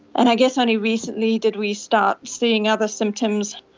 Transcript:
and i guess only recently did we start seeing other symptoms.